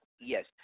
Yes